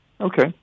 Okay